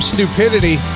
Stupidity